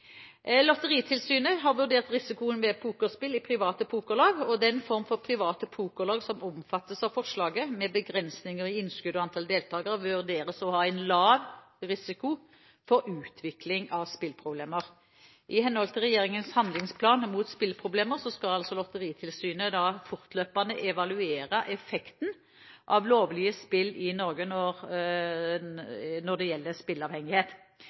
Lotteritilsynet har vurdert risikoen ved pokerspill i private pokerlag. Den form for private pokerlag som omfattes av forslaget, med begrensninger i innskudd og antall deltakere, vurderes å ha en lav risiko for utvikling av spilleproblemer. I henhold til regjeringens handlingsplan mot spilleproblemer skal Lotteritilsynet fortløpende evaluere effekten av lovlige spill i Norge når det gjelder